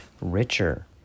Richer